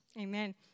Amen